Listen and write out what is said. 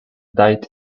died